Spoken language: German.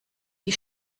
die